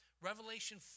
Revelation